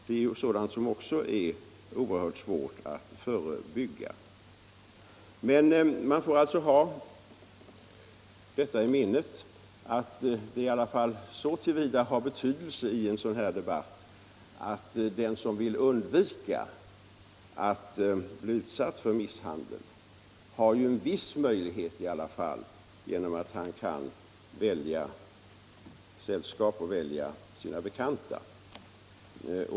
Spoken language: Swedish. Det är också oerhört svårt att förebygga hustrumisshandel. Man får alltså ha i minnet att den som vill undvika att bli utsatt för misshandel har en viss möjlighet att göra det genom att välja sällskap och bekanta.